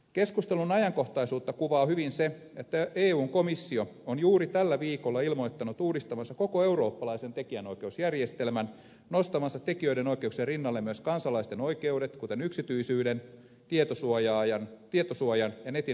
keskustelun ajankohtaisuutta kuvaa hyvin se että eun komissio on juuri tällä viikolla ilmoittanut uudistavansa koko eurooppalaisen tekijänoikeusjärjestelmän nostavansa tekijänoikeuksien rinnalle myös kansalaisten oikeudet kuten yksityisyyden tietosuojan ja netin neutraaliuden vaatimukset